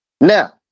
Now